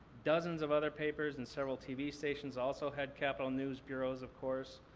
dozens of other papers and several tv stations also had capitol news bureaus, of course,